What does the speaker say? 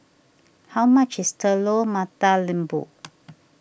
how much is Telur Mata Lembu